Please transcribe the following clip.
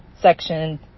section